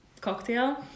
cocktail